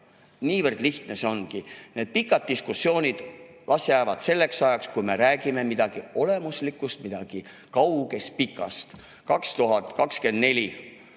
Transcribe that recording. Nii lihtne see ongi. Need pikad diskussioonid las jäävad selleks ajaks, kui me räägime midagi olemuslikust, midagi kaugest, pikast. 2024